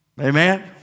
Amen